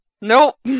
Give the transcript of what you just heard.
nope